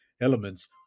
elements